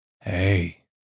Hey